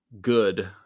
good